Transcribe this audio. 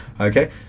Okay